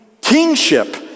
kingship